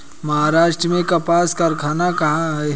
महाराष्ट्र में कपास कारख़ाना कहाँ है?